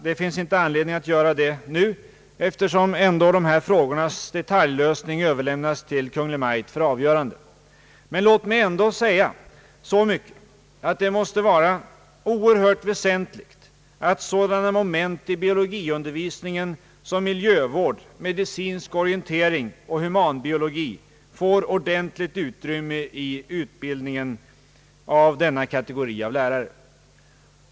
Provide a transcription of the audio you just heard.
Det finns inte anledning att göra det nu, eftersom ändå dessa frågors detaljlösning överlämnas till Kungl. Maj:t för avgörande. Låt mig ändå säga att det måste vara mycket väsentligt att sådana moment i biologiundervisningen som miljövård, medicinsk orientering och humanbiologi får ett ordentligt utrymme i utbildningen av denna kategori lärare.